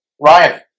Ryan